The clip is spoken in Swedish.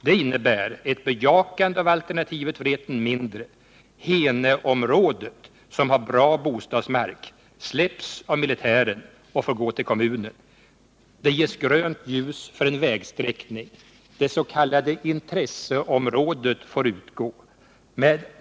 Den innebär ett bejakande av alternativet Vreten mindre. Heneområdet, som har bra bostadsmark, släpps av militären och får gå till kommunen. Det ges grönt ljus för en vägsträckning. Det s.k. intresseområdet får utgå.